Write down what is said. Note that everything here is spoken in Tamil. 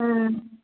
ம் ம்